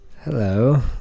hello